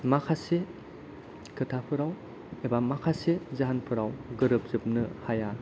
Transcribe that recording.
माखासे खोथाफोराव एबा माखासे जाहोनफोराव गोरोबजोबनो हाया